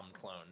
clone